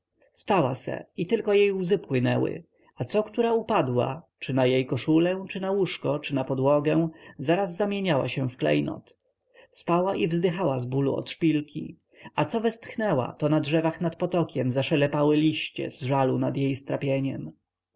spała se i tylko jej łzy płynęły a co która upadła czy na jej koszulę czy na łóżko czy na podłogę zaraz zamieniała się w klejnot spała i wzdychała z bólu od szpilki a co westchnęła to na drzewach nad potokiem zaszelepały liście z żalu nad jej strapieniem